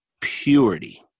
purity